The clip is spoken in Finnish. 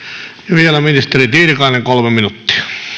vielä ministeri tiilikainen kolme minuuttia